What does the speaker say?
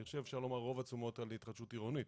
אפשר לומר שרוב התשומות על התחדשות עירונית